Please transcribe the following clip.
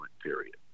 period